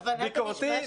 תלמיד ביקורתי,